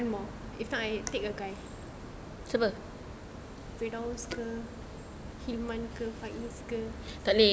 one more if not I take a guy firdaus ke himan ke faiz ke